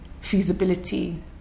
feasibility